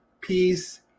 peace